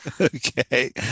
Okay